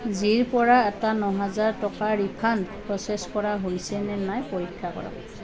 জিৰপৰা এটা ন হাজাৰ টকাৰ ৰিফাণ্ড প্ৰচেছ কৰা হৈছেনে নাই পৰীক্ষা কৰক